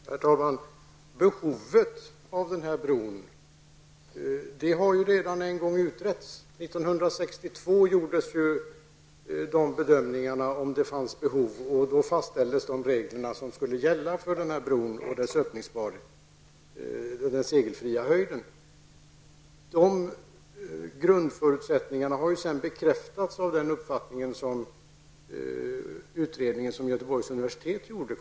Herr talman! Behovet av en bro har redan en gång utretts. 1962 gjordes en utredning, och då fastställdes de regler som skulle gälla för brons öppningsbarhet, den segelfria höjden. Grundförutsättningarna har sedan bekräftats av den utredning som Göteborgs universitet gjorde.